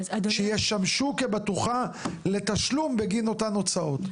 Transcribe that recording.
שישמשו כבטוחה לתשלום, בגין אותם הוצאות.